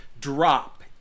drop